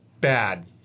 bad